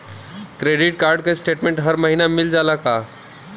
Credit card क statement हर महिना मिल जाला का?